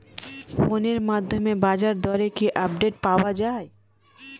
ফোনের মাধ্যমে বাজারদরের কি আপডেট পাওয়া যায়?